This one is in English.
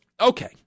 Okay